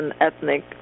ethnic